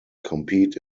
compete